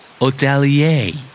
Hotelier